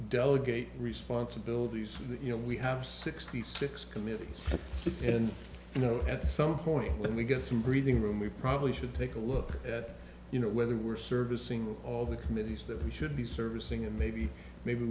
delegate responsibilities that you know we have sixty six committees and you know at some point when we get some breathing room we probably should take a look at you know whether we're servicing all the committees that we should be servicing and maybe maybe